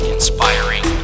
Inspiring